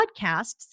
podcasts